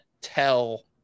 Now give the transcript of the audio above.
tell